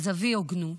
אז אביא הוגנות.